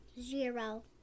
zero